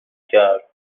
کرد